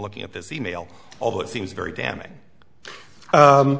looking at this e mail although it seems very damning